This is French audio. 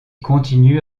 continue